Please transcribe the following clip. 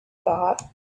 thought